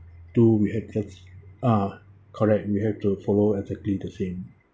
do uh correct you have to follow S_O_P the same